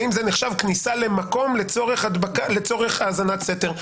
האם זה נחשב כניסה למקום לצורך האזנת סתר?